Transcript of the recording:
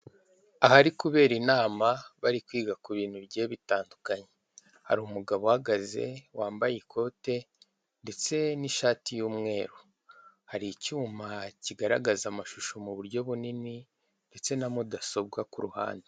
Ahari kubera inama bari kwiga ku bintu bigiye bitandukanye, hari umugabo uhagaze wambaye ikote ndetse n'ishati y'umweru, hari icyuma kigaragaza amashusho mu buryo bunini ndetse na mudasobwa ku ruhande.